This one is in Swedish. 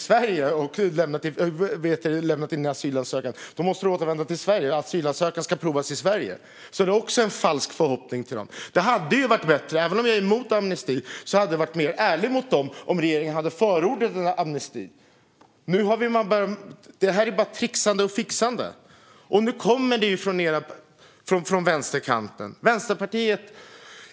Har du lämnat in din asylansökan i Sverige måste du återvända till Sverige, och asylansökan ska prövas i Sverige. Det är också att ge dem en falsk förhoppning. Även om jag är emot amnesti hade det varit mer ärligt mot dem om regeringen hade förordat en amnesti. Det här är bara ett trixande och fixande. Nu kommer det förslag från vänsterkanten.